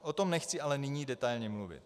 O tom nechci ale nyní detailně mluvit.